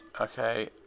Okay